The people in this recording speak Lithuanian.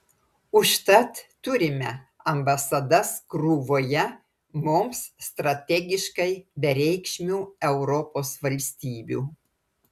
užtat turime ambasadas krūvoje mums strategiškai bereikšmių europos valstybių